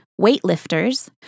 weightlifters